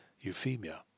Euphemia